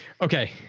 Okay